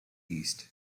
east